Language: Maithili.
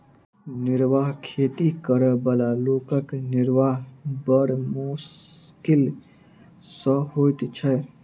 निर्वाह खेती करअ बला लोकक निर्वाह बड़ मोश्किल सॅ होइत छै